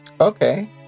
Okay